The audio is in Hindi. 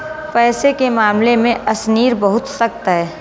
पैसे के मामले में अशनीर बहुत सख्त है